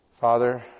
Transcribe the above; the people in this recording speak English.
Father